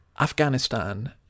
Afghanistan